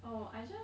oh I just